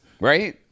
Right